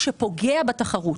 שפוגע בתחרות,